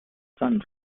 son